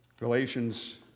Galatians